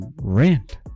rent